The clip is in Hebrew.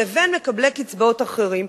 לבין מקבלי קצבאות אחרים.